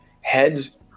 Heads